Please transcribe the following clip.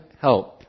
help